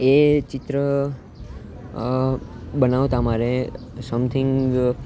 એ ચિત્ર બનાવતાં મારે સમથિંગ